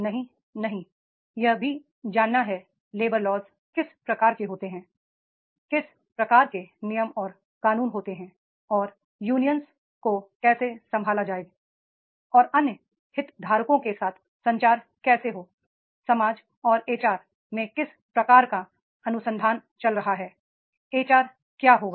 नहीं नहीं यह भी जानना है लेबर लॉज़ किस प्रकार के होते हैं किस प्रकार के नियम और कानून होते हैं और यूनियनों को कैसे संभाला जाए और अन्य हितधारकों के साथ संचार कैसे हो समाज और एच आर में किस प्रकार का अनुसंधान चल रहा है HR क्या होगा